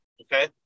Okay